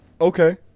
okay